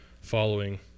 following